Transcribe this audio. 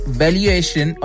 valuation